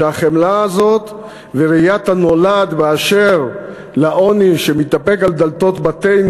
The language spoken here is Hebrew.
לחמלה הזאת וראיית הנולד באשר לעוני שמתדפק על דלתות בתינו